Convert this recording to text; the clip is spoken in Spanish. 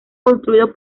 construidos